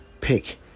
pick